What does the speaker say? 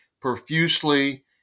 profusely